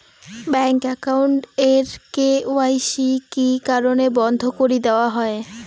Bank account এর KYC কি কি কারণে বন্ধ করি দেওয়া হয়?